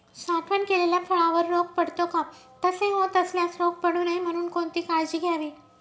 साठवण केलेल्या फळावर रोग पडतो का? तसे होत असल्यास रोग पडू नये म्हणून कोणती काळजी घ्यावी?